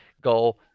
Go